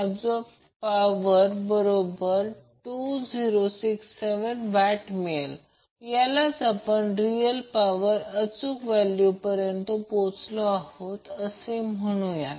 उत्तर बरोबर आहे हा अगदी सोप्पा पण अतिशय रोचक प्रॉब्लेम आहे